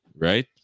Right